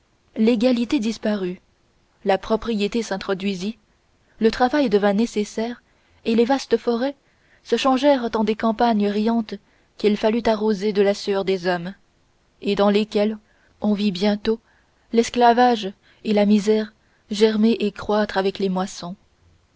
l'égalité disparut la propriété s'introduisit le travail devint nécessaire et les vastes forêts se changèrent en des campagnes riantes qu'il fallut arroser de la sueur des hommes et dans lesquelles on vit bientôt l'esclavage et la misère germer et croître avec les moissons